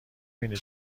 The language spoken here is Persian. بینی